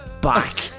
back